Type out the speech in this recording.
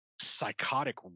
psychotic